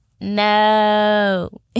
no